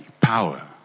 power